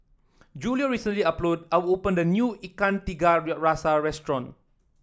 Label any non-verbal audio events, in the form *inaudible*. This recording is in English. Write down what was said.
Julio recently *unintelligible* are opened a new Ikan Tiga Rasa restaurant